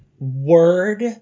word